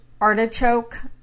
artichoke